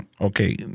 okay